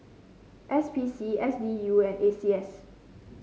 S P C S D U and A C S